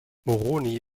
moroni